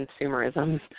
consumerism